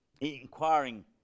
inquiring